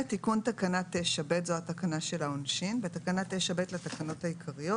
תיקון תקנה 9ב בתקנה 9ב לתקנות העיקריות